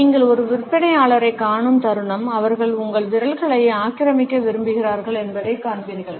நீங்கள் ஒரு விற்பனையாளரைக் காணும் தருணம் அவர்கள் உங்கள் விரல்களை ஆக்கிரமிக்க விரும்புகிறார்கள் என்பதைக் காண்பீர்கள்